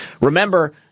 Remember